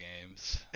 games